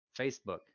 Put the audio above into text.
Facebook